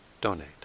donate